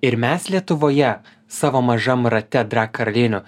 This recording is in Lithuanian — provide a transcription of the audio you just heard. ir mes lietuvoje savo mažam rate drag karalienių